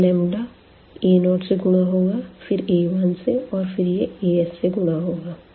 तो यह लंबदा a0से गुणा होगा फिर a1 से और फिर यह as से गुणा होगा